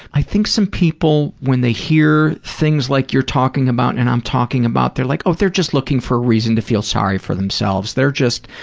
i think some people, when they hear things like you're talking about and i'm talking about, they're like, oh, they're just looking for a reason to feel sorry for themselves, they're just,